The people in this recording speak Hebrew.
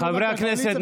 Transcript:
חברי הכנסת,